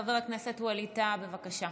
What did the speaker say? חבר הכנסת ווליד טאהא, בבקשה,